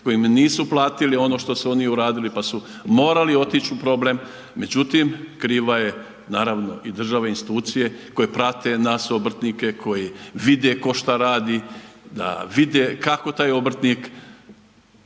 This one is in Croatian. koji im nisu platili ono što su oni uradili pa su morali otići u problem, međutim kriva je naravno i država i institucije koje prate nas obrtnike, koji vide ko šta radi, da vide kako taj obrtnik